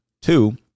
Two